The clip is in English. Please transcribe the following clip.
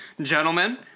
gentlemen